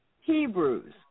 Hebrews